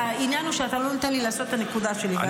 אתה לא נותן לי להציג את הנקודה שלי,